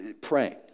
praying